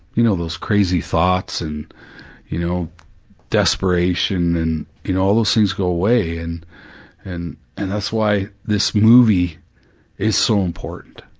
you know, those crazy thoughts and you know desperation, and you know, all those things go away, and and and that's why this movie is so important,